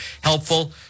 Helpful